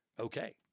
okay